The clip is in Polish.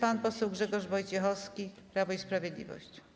Pan poseł Grzegorz Wojciechowski, Prawo i Sprawiedliwość.